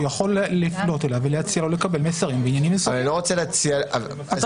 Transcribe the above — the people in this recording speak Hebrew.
אני מניח שמה שיקרה בסוף בחוק הזה